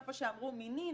איפה שאמרו מיני,